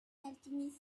alchemist